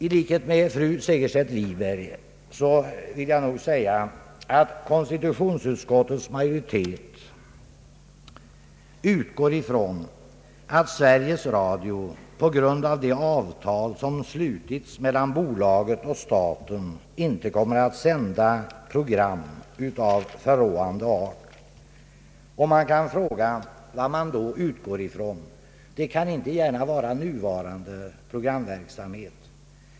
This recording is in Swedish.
I likhet med fru Segerstedt Wiberg vill jag påpeka att konstitutionsutskottets majoritet utgår ifrån att Sveriges Radio på grund av det avtal som slutits mellan bolaget och staten inte kommer att sända program av förråande art. Vad utgår man då ifrån? Inte kan det vara nuvarande programutformning.